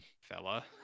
fella